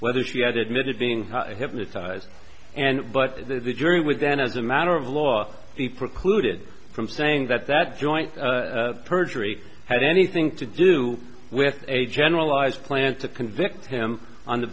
whether she had admitted being hypnotized and but the jury would then as a matter of law the precluded from saying that that joint perjury had anything to do with a generalized plan to convict him on the